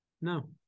no